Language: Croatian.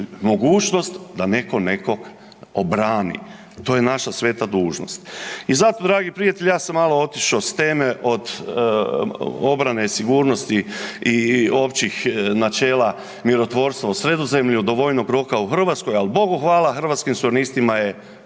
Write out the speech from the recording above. mogućnost da netko nekog obrani, to je naša sveta dužnost. I zato dragi prijatelji, ja sam malo otišao s teme od obrane, sigurnosti i općih načela mirotvorstva u Sredozemlju do vojnog roka u Hrvatskoj, ali bogu hvala Hrvatskim suverenistima je